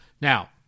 Now